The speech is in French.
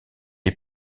les